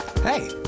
Hey